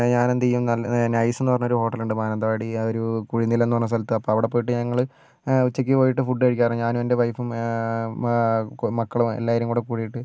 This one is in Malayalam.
ഞാൻ എന്ത് ചെയ്യും ന നൈസ് എന്ന് പറഞ്ഞൊരു ഹോട്ടൽ ഉണ്ട് മാനന്തവാടി ആ ഒരു കുഴിനിലം എന്ന് പറഞ്ഞ സ്ഥലത്ത് അപ്പം അവിടെ പോയിട്ട് ഞങ്ങൾ ഉച്ചയ്ക്ക് പോയിട്ട് ഫുഡ് കഴിക്കാറുണ്ട് ഞാനും എന്റെ വൈഫും മക്കളും എല്ലാവരും കൂടെ കൂടിയിട്ട്